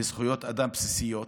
בזכויות אדם בסיסיות,